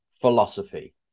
philosophy